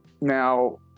now